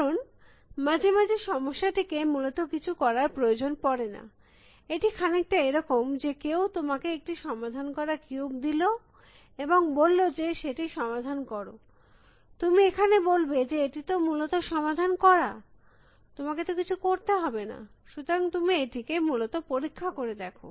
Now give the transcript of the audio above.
কারণ মাঝে মাঝে সমস্যাটিকে মূলত কিছু করার প্রয়োজন পরে না এটি খানিকটা এরকম যে কেউ তোমাকে একটি সমাধান করা কিউব দিল এবম্গ বলল যে সেটি সমাধান কর তুমি এখানে বলবে যে এটিতো মূলত সমাধান করা তোমাকে তো কিছু করতে হবে না সুতরাং তুমি এটিকে মূলত পরীক্ষা করে দেখো